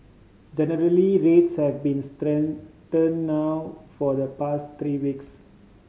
generally rates have been stagnant now for the past three weeks